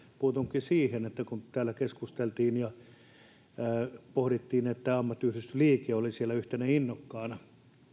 puutunkin siihen kun täällä keskusteltiin ja pohdittiin että ammattiyhdistysliike oli siellä yhtenä innokkaana